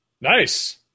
Nice